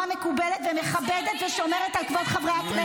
מקובלת ומכבדת ושומרת על כבוד חברי הכנסת.